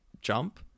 jump